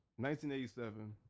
1987